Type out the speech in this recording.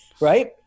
right